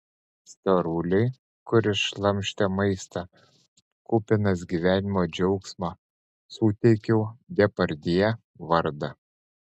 storuliui kuris šlamštė maistą kupinas gyvenimo džiaugsmo suteikiau depardjė vardą